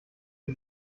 die